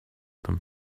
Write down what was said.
them